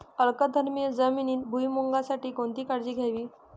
अल्कधर्मी जमिनीत भुईमूगासाठी कोणती काळजी घ्यावी?